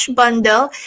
bundle